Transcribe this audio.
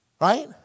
right